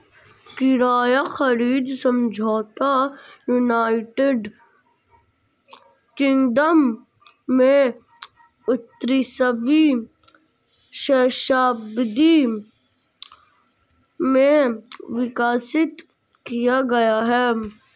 किराया खरीद समझौता यूनाइटेड किंगडम में उन्नीसवीं शताब्दी में विकसित किया गया था